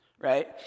right